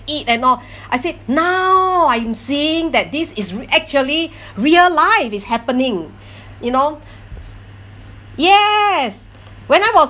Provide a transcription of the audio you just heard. eat and all I said now I'm seeing that this is re~ actually real life it's happening you know yes when I was